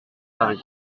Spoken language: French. paris